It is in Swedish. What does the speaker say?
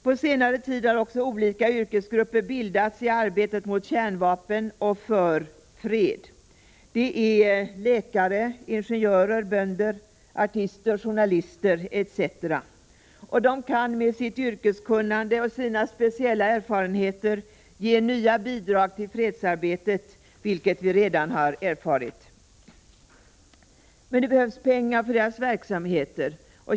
På senare tid har också olika yrkesgrupper bildats för att arbeta mot kärnvapen och för fred — läkare, ingenjörer, bönder, artister, journalister etc. De kan med sitt yrkeskunnande och sina speciella erfarenheter ge nya bidrag till fredsarbetet, vilket vi redan har erfarit. Men det behövs pengar för deras verksamheter.